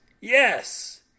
Yes